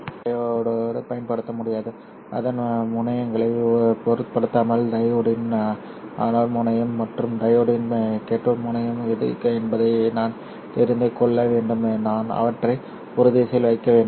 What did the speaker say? என்னால் ஒரு டையோடு பயன்படுத்த முடியாது அதன் முனையங்களைப் பொருட்படுத்தாமல் டையோடின் அனோட் முனையம் மற்றும் டையோடின் கேத்தோடு முனையம் எது என்பதை நான் தெரிந்து கொள்ள வேண்டும் நான் அவற்றை ஒரே திசையில் வைக்க வேண்டும்